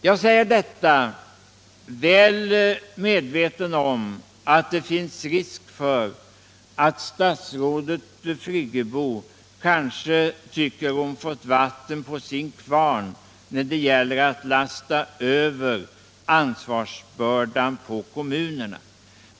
Jag säger detta väl vetande att det finns risk för att statsrådet Friggebo kanske tycker hon fått vatten på sin kvarn när det gäller att lasta över ansvarsbördan på kommunerna.